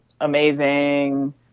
amazing